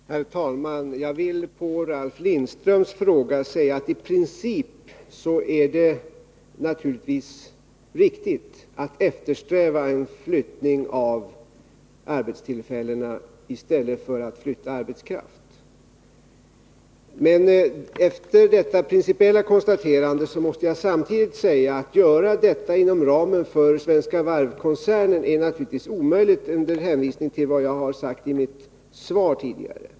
Herr talman! Jag vill med anledning av Ralf Lindströms fråga säga att det i princip naturligtvis är riktigt att man eftersträvar en flyttning av arbetstillfällena i stället för att flytta arbetskraften. Men efter detta principiella konstaterande måste jag samtidigt säga att det — under hänvisning till vad jag tidigare anfört i mitt svar — givetvis är omöjligt att göra detta inom ramen för Svenska Varv-koncernen.